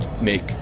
make